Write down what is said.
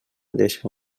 deixa